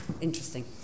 Interesting